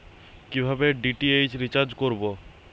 কিভাবে DTH recharge করব?